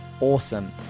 awesome